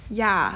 ya